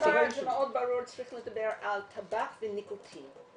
--- צריך לדבר על טבק וניקוטין.